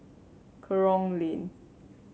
Kerong Lane